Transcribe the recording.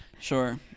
Sure